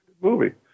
movie